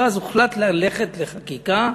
ואז הוחלט ללכת לחקיקה.